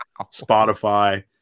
spotify